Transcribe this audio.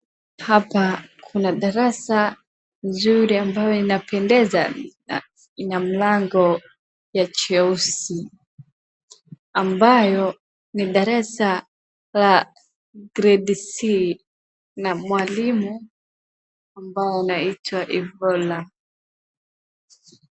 Hapa kuna darasa nzuri ambayo inapendeza na ina mlango ya cheusi. ambayo ni darasa la Grade C na mwalimu ambaye anaitwa Ebola.